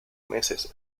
meses